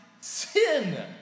sin